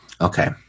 Okay